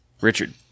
richard